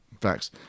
facts